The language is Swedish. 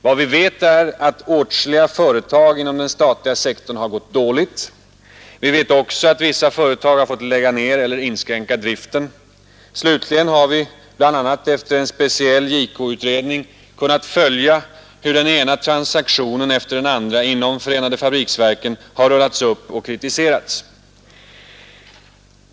Vad vi vet är att åtskilliga företag inom den statliga sektorn har gått dåligt; vi vet också att vissa företag har fått lägga ned eller inskränka driften; slutligen har vi bl.a. efter en speciell JK-utredning kunnat följa hur den ena transaktionen efter den andra inom förenade fabriksverken har rullats upp och kritiserats.